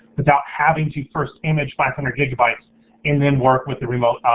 without having to first image five hundred gigabytes and then work with the remote,